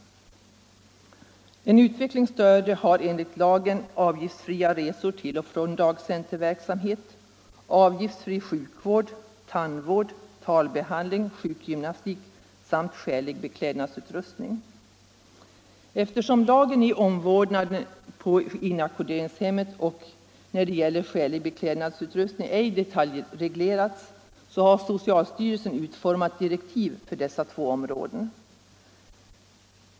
Den utvecklingsstörde har enligt lagen avgiftsfria resor till och från dagcenterverksamhet liksom avgiftsfri sjukvård, tandvård, talbehandling och sjukgymnastik samt skälig beklädnadsutrustning. Eftersom lagen ej är detaljreglerad beträffande omvårdnad på inackorderingshem och skälig beklädnadsutrustning har socialstyrelsen utformat direktiv för dessa två områden.